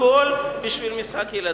הכול בשביל משחק ילדים.